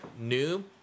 new